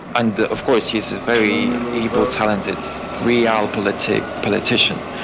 and of course he is a very able, talented, realpolitik politician.